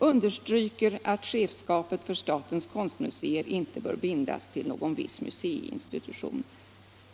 understryker att chefskapet för statens konstmuseer inte bör bindas till någon viss museiinstitution.